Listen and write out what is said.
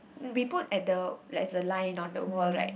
we put at the like it's a line on the wall right